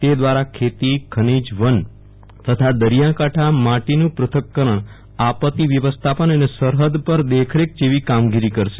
તે દ્વારા ખેતી ખનીજ વન તથા દરિયાકાંઠા માટીનું પ્રથ્થકરણ આપત્તી વ્યવસ્થાપન અને સરહદ પર દેખરેખ જેવી કામગીરી કરશે